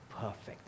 perfect